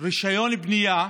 רישיון בנייה,